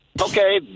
Okay